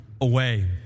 away